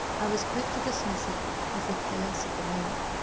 i was quick to dismiss it as the chaos of the move.